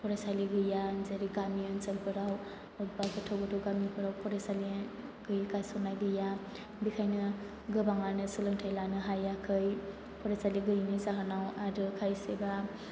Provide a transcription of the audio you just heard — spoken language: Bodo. फरायसालि गैया जेरै गामि ओनसोलफोराव बबेबा गोथौ गोथौ गामिफोराव फरायसालि गैया गायसननाय गैया बेनिखायनो गोबाङानो सोलोंथाय लानो हायाखै फरायसालि गैयिनि जाहोनाव आरो खायसेबा